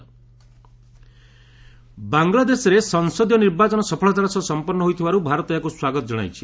PM Modi Bangla ବାଂଲାଦେଶରେ ସଂସଦୀୟ ନିର୍ବାଚନ ସଫଳତାର ସହ ସଂପନ୍ନ ହୋଇଥିବାରୁ ଭାରତ ଏହାକୁ ସ୍ୱାଗତ ଜଣାଇଛି